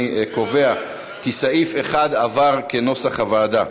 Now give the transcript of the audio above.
אני קובע כי סעיף 1 התקבל כנוסח הוועדה.